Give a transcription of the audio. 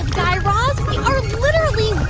guy raz. we are literally